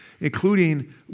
including